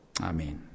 Amen